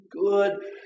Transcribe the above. good